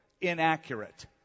inaccurate